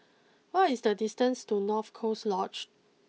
what is the distances to North Coast Lodge